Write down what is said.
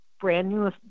brand-new